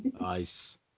nice